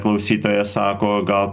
klausytojas sako gal